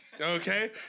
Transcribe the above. okay